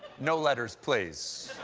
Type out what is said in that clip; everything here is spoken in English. no letters, please.